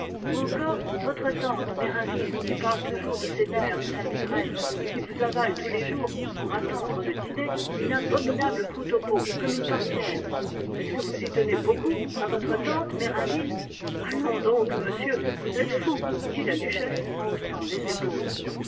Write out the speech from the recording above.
ou bien encore votre tante merinville qui parle toujours de ses nerfs de sa migraine et qui vous avale tous les jours pour attendre le dîner une abominable croûte au pot comme une portière est-ce que vous y tenez beaucoup à votre tante merinville allons donc monsieur vous êtes fou dit la duchesse en haussant les épaules